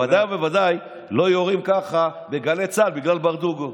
אבל בוודאי ובוודאי לא יורים ככה בגלי צה"ל בגלל ברדוגו.